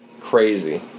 crazy